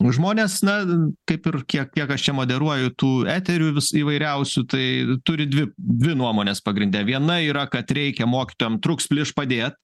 žmonės na kaip ir kiek kiek aš čia moderuoju tų eterių vis įvairiausių tai turi dvi dvi nuomones pagrinde viena yra kad reikia mokytojam trūks plyš padėt